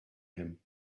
him